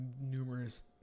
numerous